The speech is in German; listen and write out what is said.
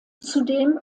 zudem